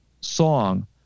song